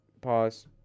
Pause